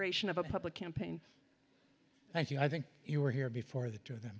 ration of a public campaign thank you i think you were here before the